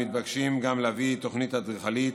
מתבקשים גם להביא תוכנית אדריכלית,